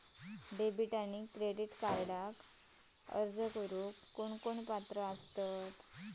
Debit आणि credit कार्डक अर्ज करुक कोण पात्र आसा?